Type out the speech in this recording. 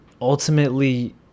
ultimately